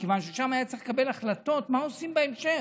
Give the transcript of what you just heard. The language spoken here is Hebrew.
מכיוון ששם היה צריך לקבל החלטות מה עושים בהמשך,